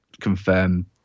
confirm